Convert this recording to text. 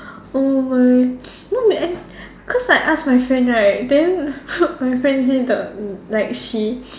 oh my know my cause I ask my friend right then my friend say the like she